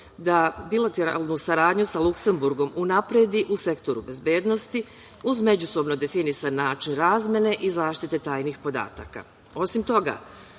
da bilateralnu saradnju sa Luksenburgom unapredi u sektoru bezbednosti, uz međusobno definisan način razmene i zaštite tajnih podataka. Osim toga,